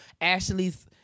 Ashley's